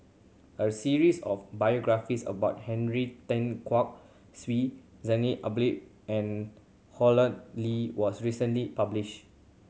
a series of biographies about Henry Tan Sweet Zainal Abidin and Hossan Lee was recently published